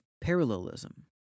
parallelism